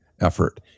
effort